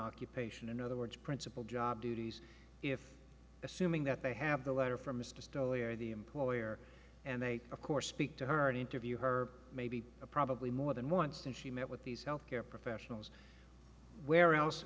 occupation in other words principal job duties if assuming that they have the letter from mr stoli or the employer and they of course speak to her and interview her maybe a probably more than once and she met with these health care professionals where else